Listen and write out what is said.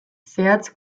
zehatz